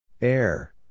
Air